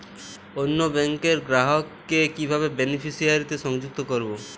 অন্য ব্যাংক র গ্রাহক কে কিভাবে বেনিফিসিয়ারি তে সংযুক্ত করবো?